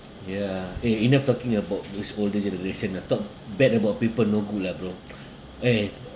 ya eh enough talking about those older generation ah talk bad about people no good lah bro eh